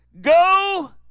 Go